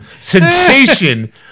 sensation